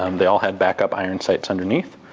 um they all had backup iron sights underneath.